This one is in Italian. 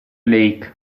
lake